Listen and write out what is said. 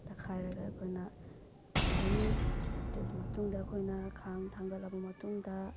ꯇꯛꯈꯥꯏꯔꯒ ꯑꯩꯈꯣꯏꯅ ꯊꯝꯒꯅꯤ ꯑꯗꯨꯒꯤ ꯃꯇꯨꯡꯗ ꯑꯩꯈꯣꯏꯅ ꯈꯥꯡ ꯊꯥꯡꯒꯠꯂꯕ ꯃꯇꯨꯡꯗ